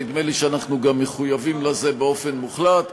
נדמה לי שאנחנו גם מחויבים לזה באופן מוחלט.